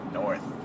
north